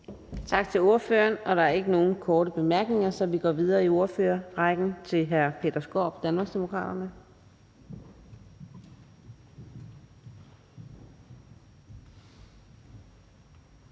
Tak til ordføreren. Der er ikke nogen korte bemærkninger, så vi går videre i ordførerrækken. Det er nu hr. Steffen